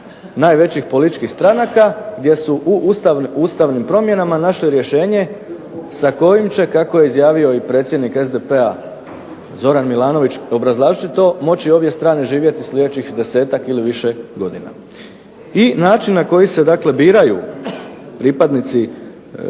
najvećih političkih stranaka gdje su u ustavnim promjenama našli rješenje sa kojim će kako je izjavio i predsjednik SDP-a Zoran Milanović obrazlažući to moći obje strane živjeti sljedećih desetak ili više godina. I način na koji se dakle biraju pripadnici